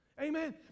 Amen